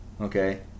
Okay